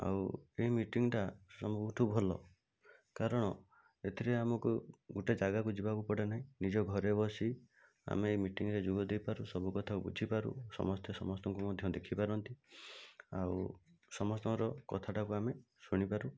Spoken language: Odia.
ଆଉ ଏଇ ମିଟିଂଟା ସବୁଠୁ ଭଲ କାରଣ ଏଥିରେ ଆମକୁ ଗୋଟେ ଜାଗାକୁ ଯିବାକୁ ପଡ଼େ ନାହିଁ ନିଜ ଘରେ ବସି ଆମେ ଏଇ ମିଟିଂରେ ଯୋଗ ଦେଇପାରୁଛୁ ସବୁ କଥା ବୁଝିପାରୁ ସମସ୍ତେ ସମସ୍ତଙ୍କୁ ମଧ୍ୟ ଦେଖିପାରନ୍ତି ଆଉ ସମସ୍ତଙ୍କର କଥାଟାକୁ ଆମେ ଶୁଣି ପାରୁ